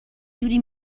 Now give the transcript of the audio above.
جوری